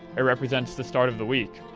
it represents the start of the week.